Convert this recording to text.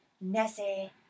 Nessie